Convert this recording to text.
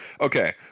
Okay